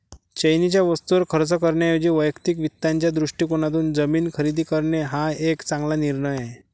चैनीच्या वस्तूंवर खर्च करण्याऐवजी वैयक्तिक वित्ताच्या दृष्टिकोनातून जमीन खरेदी करणे हा एक चांगला निर्णय आहे